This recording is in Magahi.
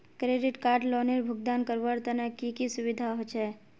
क्रेडिट कार्ड लोनेर भुगतान करवार तने की की सुविधा होचे??